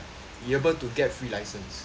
you able to get free license